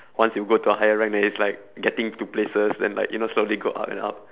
once you to go higher rank then it's like getting into places then like you know slowly to go up and up